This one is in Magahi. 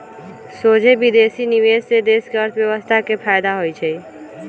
सोझे विदेशी निवेश से देश के अर्थव्यवस्था के फयदा होइ छइ